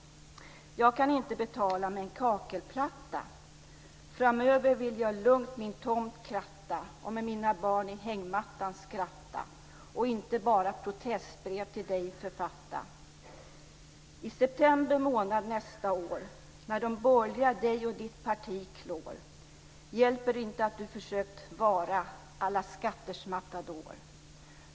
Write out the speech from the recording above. Jag kan inte betala med en kakelplatta! Framöver vill jag lugnt min tomt kratta och med mina barn i hängmattan skratta och inte bara protestbrev till dig författa. I september månad nästa år när de borgerliga dig och ditt parti klår hjälper inte att du försökt vara alla skatters matador.